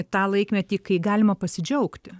tą laikmetį kai galima pasidžiaugti